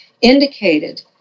indicated